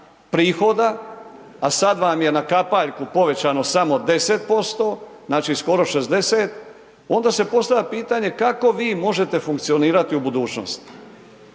prihoda a sada vam je na kapaljku povećano samo 10% znači skoro 60 onda se postavlja pitanje kako vi možete funkcionirati u budućnosti.